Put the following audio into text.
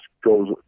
goes